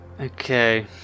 Okay